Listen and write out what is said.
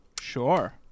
Sure